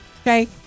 Okay